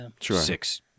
six